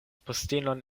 postenon